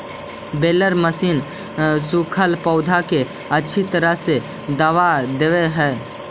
baler machine सूखल पौधा के अच्छी तरह से दबा देवऽ हई